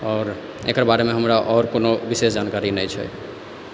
आओर एकर बारेमे हमरा आओर कोनो विशेष जानकारी नहि छै